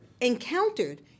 encountered